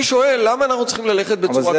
אני שואל למה אנחנו צריכים ללכת בצורה כזאת.